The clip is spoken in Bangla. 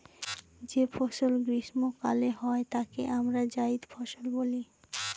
যে ফসল গ্রীস্মকালে হয় তাকে আমরা জাইদ ফসল বলি